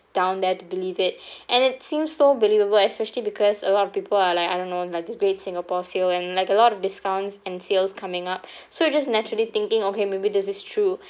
down there to believe it and it seems so believable especially because a lot of people are like I don't know like the great singapore sale and like a lot of discounts and sales coming up so you just naturally thinking okay maybe this is true